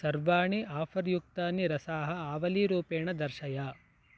सर्वाणि आफ़र् युक्तानि रसाः आवलीरूपेण दर्शय